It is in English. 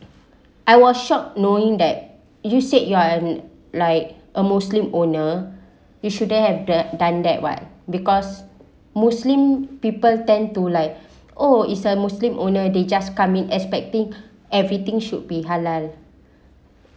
I was shocked knowing that you said you are and like a muslim owner it shouldn't have the done that way because muslim people tend to like oh is a muslim owner they just come in expecting everything should be halal